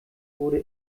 wurde